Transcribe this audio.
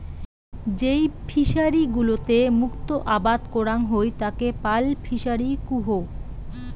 যেই ফিশারি গুলোতে মুক্ত আবাদ করাং হই তাকে পার্ল ফিসারী কুহ